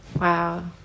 Wow